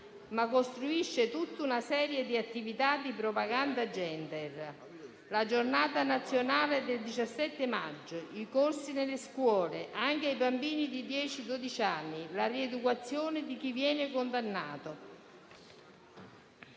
ma costruisce tutta una serie di attività di propaganda *gender,* come la Giornata nazionale del 17 maggio, i corsi nelle scuole anche ai bambini di dieci o dodici anni e la rieducazione di chi viene condannato.